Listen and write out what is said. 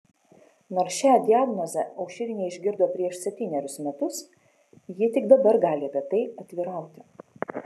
nors šią diagnozę aušrinė išgirdo prieš septynerius metus ji tik dabar gali apie tai atvirauti